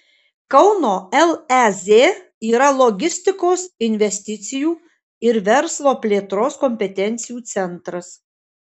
kauno lez yra logistikos investicijų ir verslo plėtros kompetencijų centras